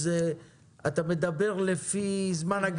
פתחו להם את היבוא,